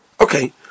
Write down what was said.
Okay